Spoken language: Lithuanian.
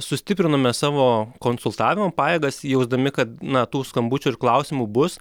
sustiprinome savo konsultavimo pajėgas jausdami kad na tų skambučių ir klausimų bus